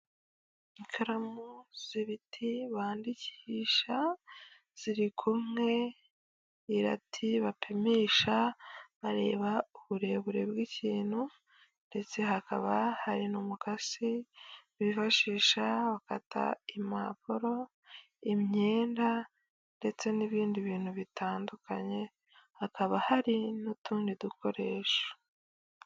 Ikaramu z'ibiti bandikisha zirikumwe n'irati bapimisha bareba uburebure bw'ikintu ndetse hakaba hari umukasi bifashisha bakata impapuro imyenda ndetse n'ibindi bintu bitandukanye, hakaba hari n'utundi dukoresho.